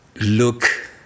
Look